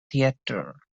theatre